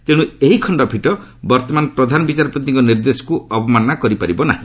ତେଣୁ ଏହି ଖଣ୍ଡପୀଠ ବର୍ତ୍ତମାନ ପ୍ରଧାନବିଚାରପତିଙ୍କ ନିର୍ଦ୍ଦେଶକୁ ଅବମାନନା କରିପାରିବ ନାର୍ହି